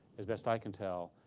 as best i can tell,